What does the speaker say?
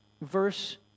Verse